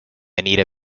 anita